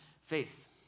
Faith